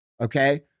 Okay